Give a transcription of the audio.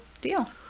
Deal